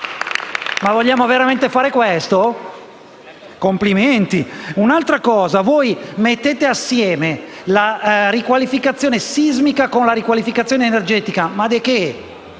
Vogliamo veramente fare questo? Complimenti! E poi mettete assieme la riqualificazione sismica con la riqualificazione energetica, ma cosa?